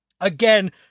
Again